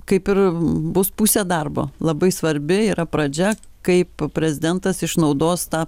kaip ir bus pusė darbo labai svarbi yra pradžia kaip prezidentas išnaudos tą